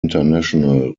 international